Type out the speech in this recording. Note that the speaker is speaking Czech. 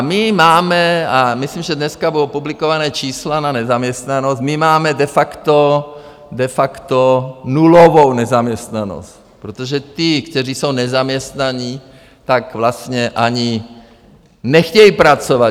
My máme a myslím, že dneska budou publikována čísla na nezaměstnanost my máme de facto nulovou nezaměstnanost, protože ti, kteří jsou nezaměstnaní, tak vlastně ani nechtějí pracovat.